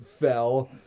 fell